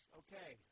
okay